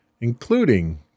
including